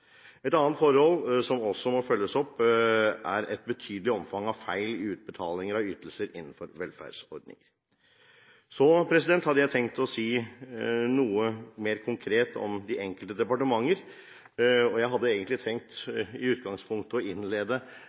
Et annet forhold som også må følges opp, er et betydelig omfang av feil i utbetalinger av ytelser innenfor velferdsordninger. Så hadde jeg tenkt å si noe mer konkret om de enkelte departementer. Jeg hadde egentlig tenkt å innlede